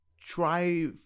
try